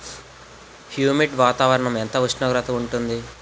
Humid వాతావరణం ఎంత ఉష్ణోగ్రత ఉంటుంది?